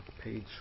page